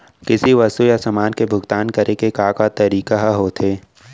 किसी वस्तु या समान के भुगतान करे के का का तरीका ह होथे?